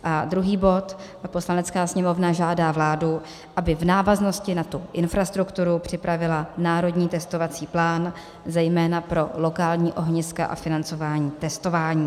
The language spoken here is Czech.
A druhý bod: Poslanecká sněmovna žádá vládu, aby v návaznosti na infrastrukturu připravila národní testovací plán, zejména pro lokální ohniska a financování testování.